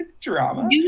Drama